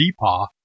DEPA